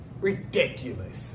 ridiculous